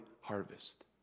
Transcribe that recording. harvest